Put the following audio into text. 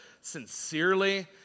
sincerely